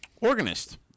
Organist